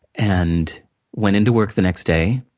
and went into work the next day,